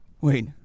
Wait